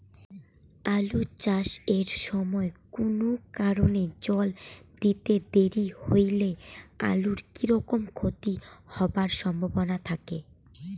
আলু চাষ এর সময় কুনো কারণে জল দিতে দেরি হইলে আলুর কি রকম ক্ষতি হবার সম্ভবনা থাকে?